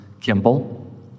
Kimball